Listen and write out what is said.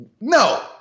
No